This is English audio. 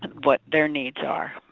what their needs are.